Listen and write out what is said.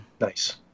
nice